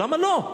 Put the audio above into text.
למה לא?